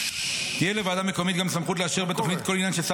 תהיה לוועדה מקומית גם סמכות לאשר בתוכנית כל עניין ששר